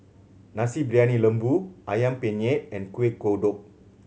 Nasi Briyani Lembu Ayam Penyet and Kueh Kodok